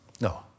No